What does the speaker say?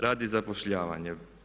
Rad i zapošljavanje.